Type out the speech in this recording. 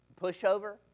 Pushover